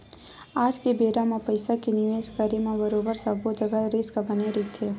आज के बेरा म पइसा के निवेस करे म बरोबर सब्बो जघा रिस्क बने रहिथे